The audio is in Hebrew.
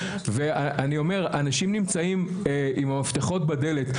אני אומר, אנשים נמצאים עם המפתחות בדלת.